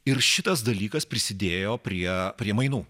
ir šitas dalykas prisidėjo prie prie mainų